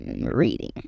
reading